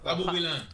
אבו וילן.